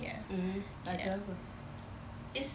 mmhmm ajar apa